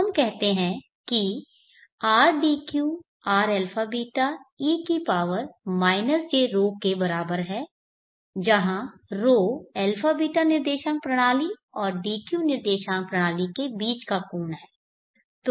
तो हम कहते हैं कि Rdq Rαβ e jρ के बराबर है जहाँ ρ αβ निर्देशांक प्रणाली और dq निर्देशांक प्रणाली के बीच का कोण है